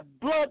blood